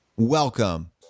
Welcome